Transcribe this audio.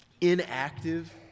inactive